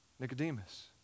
Nicodemus